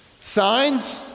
Signs